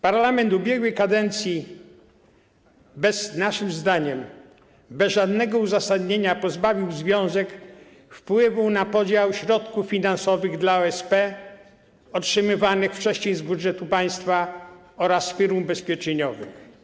Parlament ubiegłej kadencji naszym zdaniem bez żadnego uzasadnienia pozbawił związek wpływu na podział środków finansowych dla OSP, otrzymywanych wcześniej z budżetu państwa oraz firm ubezpieczeniowych.